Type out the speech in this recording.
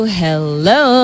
hello